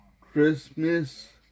Christmas